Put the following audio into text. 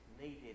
needed